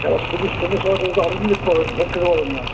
এবার শুধু সন্ধ্যের সময় গেলে শুধু সন্ধ্যে আরতিটাই দেখতে হবে ভোগ খেতে পারবেন না